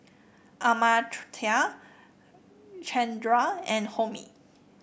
Amartya Chandra and Homi